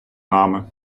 нами